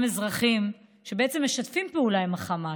אזרחים שבעצם משתפים פעולה עם החמאס,